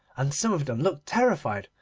and some of them looked terrified,